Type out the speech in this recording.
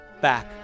back